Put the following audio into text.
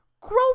Grow